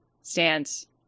stands